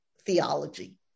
theology